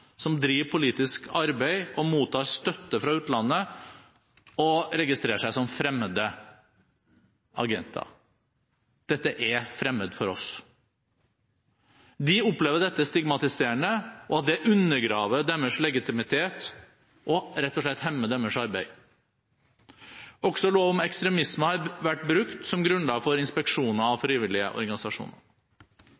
som pålegger organisasjoner som driver politisk arbeid og mottar støtte fra utlandet, å registrere seg som «fremmede agenter». Dette er fremmed for oss. De opplever at dette er stigmatiserende, og at det undergraver deres legitimitet og rett og slett hemmer deres arbeid. Også lov om ekstremisme har vært brukt som grunnlag for inspeksjoner av